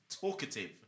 talkative